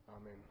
Amen